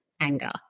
anger